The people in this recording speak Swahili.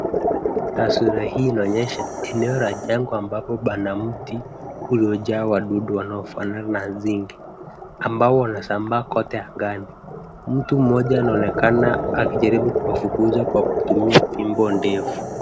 Taswira hii inaonyesha eneo la jangwa ambapo pana mti uliojaa wadudu wanafana na nzige, ambao wanasambaa kote angani. Mtu mmoja anaonekana akijaribu kuwafukuza kwa kutumia fimbo ndefu.